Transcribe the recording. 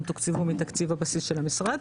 הם תוקצבו מבסיס התקציב של המשרד,